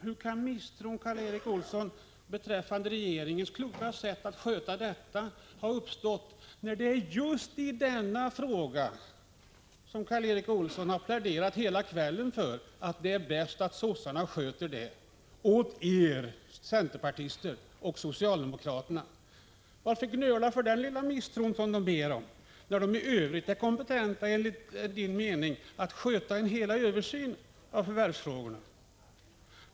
Hur kan er misstro, Karl Erik Olsson, beträffande regeringens kloka sätt att sköta detta ha uppstått, när Karl Erik Olsson hela kvällen har pläderat just i denna fråga och sagt att det är bäst att regeringen sköter det här, åt er och åt socialdemokraterna? Varför gnöla över den lilla detaljen som socialdemokraterna ber om, när de enligt er mening i övrigt är kompetenta att sköta hela översynen av förvärvsfrågorna?